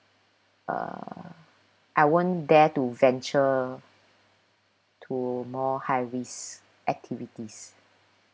uh I won't dare to venture to more high risk activities